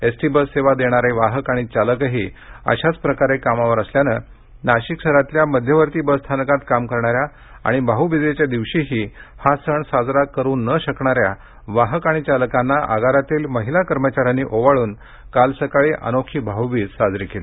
S T bus सेवा देणारे वाहक आणि चालकही अशाच प्रकारे कामावर असल्यानं नाशिक शहरातील मध्यवर्ती बस स्थानकात काम करणाऱ्या आणि भाऊबीजेच्या दिवशीही हा सण साजरा करू न शकणाऱ्या वाहक आणि चालकांना आगारातील महिला कर्मचाऱ्यांनी ओवाळून काल सकाळी अनोखी भाऊबीज साजरी केली